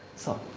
so,